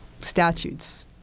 statutes